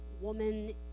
woman